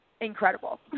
incredible